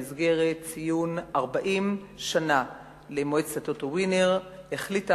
במסגרת ציון 40 שנה למועצת ה"טוטו ווינר" החליטה